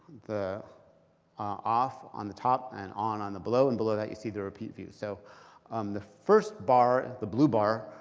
the off on the top and on on the below. and below that, you see the repeat views. so um the first bar, the blue bar,